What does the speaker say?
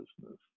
business